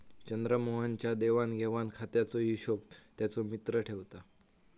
चंद्रमोहन च्या देवाण घेवाण खात्याचो हिशोब त्याचो मित्र ठेवता